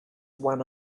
one